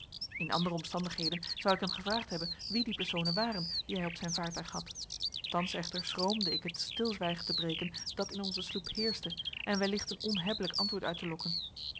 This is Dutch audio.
in andere omstandigheden zou ik hem gevraagd hebben wie die personen waren die hij op zijn vaartuig had thans echter schroomde ik het stilzwijgen te breken dat in onze sloep heerschte en wellicht een onhebbelijk antwoord uit te lokken